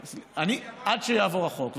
עד שיעבור החוק.